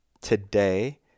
Today